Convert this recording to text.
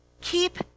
Keep